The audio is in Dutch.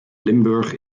limburg